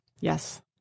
Yes